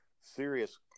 serious –